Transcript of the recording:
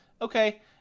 okay